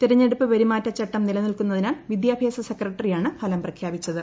തെരഞ്ഞെടുപ്പ് പെരുമാറ്റ ചട്ടം നിലനിൽക്കുന്നതിനാൽ വിദ്യഭ്യാസ സെക്രട്ടറിയാണ് ഫലം പ്രഖ്യാപിച്ചത്